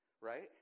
right